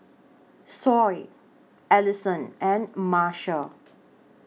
Sol Ellison and Marshal